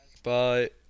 Bye